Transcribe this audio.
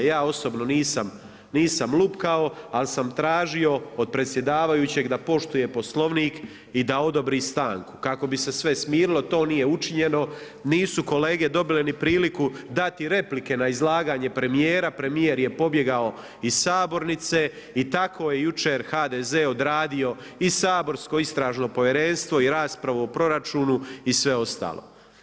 Ja osobno nisam lupkao, ali sam tražio od predsjedavajućeg da poštuje Poslovnik i da odobri stanku kako bi se sve smirilo, to nije učinjeno, nisu kolege dobile ni priliku dati replike na izlaganje premijer, premijer je pobjegao iz sabornice i tako je jučer HDZ odradio i saborsko Istražno povjerenstvo i raspravu o proračunu i sve ostalo.